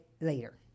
later